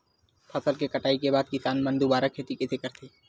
फसल के कटाई के बाद किसान मन दुबारा खेती कइसे करथे?